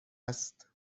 است